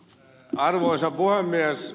arvoisa puhemies